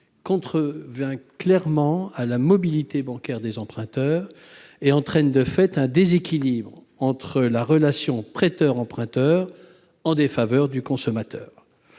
contrevient clairement à la mobilité bancaire des emprunteurs et entraîne, de fait, un déséquilibre dans la relation entre le prêteur et l'emprunteur, en défaveur du consommateur.